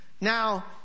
Now